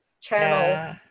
channel